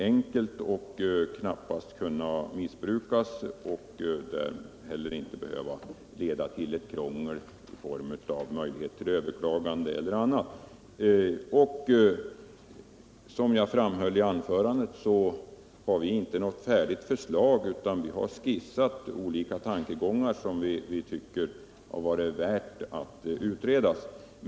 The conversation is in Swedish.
Ett sådant system skulle inte heller behöva leda till krångel i form av möjligheter till överklagande eller på annat sätt. Som jag framhöll i mitt tidigare anförande har vi inte något färdigt förslag, utan vi har skissat olika tankegångar som vi tycker skulle vara värda att utredas.